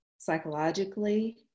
psychologically